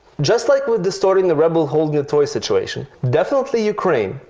just like with distorting the rebel holding a toy situation, definitely ukraine,